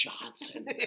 Johnson